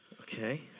Okay